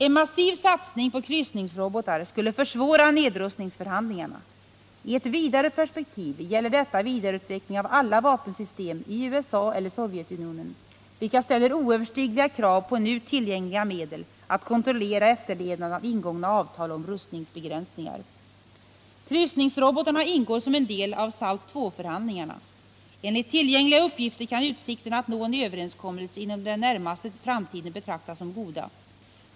En massiv satsning på kryssningsrobotar skulle försvåra nedrustningsförhandlingarna. I ett vidare perspektiv gäller detta vidareutveckling av alla vapensystem i USA eller Sovjetunionen, vilka ställer oöverstigliga krav på nu tillgängliga medel att kontrollera efterlevnaden av ingångna avtal om rustningsbegränsningar. Kryssningsrobotar ingår som en del av SALT II-förhandlingarna. Enligt tillgängliga uppgifter kan utsikterna att nå en överenskommelse inom den närmaste framtiden betraktas som goda.